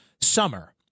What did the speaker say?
summer